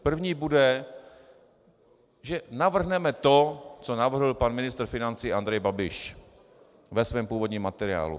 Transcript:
První bude, že navrhneme to, co navrhl pan ministr financí Andrej Babiš ve svém původním materiálu.